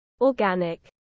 organic